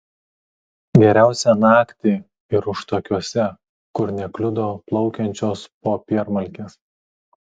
geriausia naktį ir užtakiuose kur nekliudo plaukiančios popiermalkės